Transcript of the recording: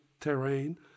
terrain